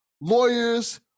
lawyers